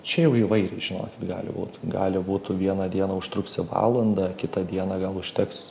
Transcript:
čia jau įvairiai žinokit gali būt gali būt tu vieną dieną užtruksi valandą kitą dieną gal užteks